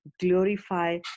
glorify